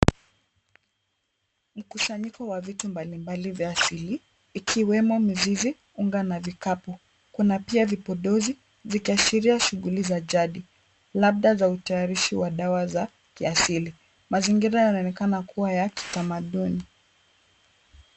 Mkusanyiko wa vitu mbali mbali vya asili, ikiwemo mizizi, unga na vikapu. Kuna pia vipodozi, vikiashiria shughuli za jadi, labda za utayarisho wa dawa za kiasili. Mazingira yanaonekana kuwa ya kitamaduni.